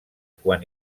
quan